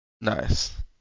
Nice